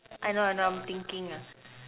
I know I know I'm thinking ah